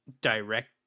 direct